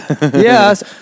Yes